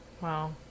Wow